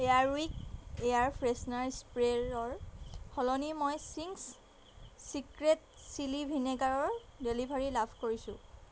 Airwick air freshener স্প্ৰে'ৰ সলনি মই চিংছ চিক্ৰেট চিলি ভিনেগাৰৰ ডেলিভাৰী লাভ কৰিছোঁ